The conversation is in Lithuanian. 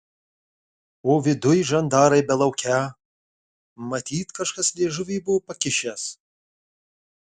o viduj žandarai belaukią matyt kažkas liežuvį buvo pakišęs